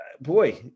boy